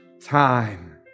time